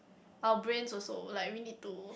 our brains also like we need to